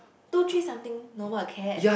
two three something normal acad